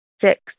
Six